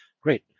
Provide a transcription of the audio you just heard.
Great